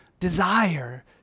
Desire